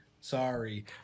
sorry